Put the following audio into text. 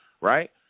right